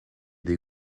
des